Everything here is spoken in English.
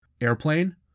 Airplane